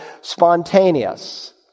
spontaneous